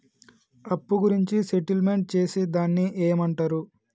అప్పు గురించి సెటిల్మెంట్ చేసేదాన్ని ఏమంటరు?